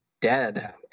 dead